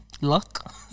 luck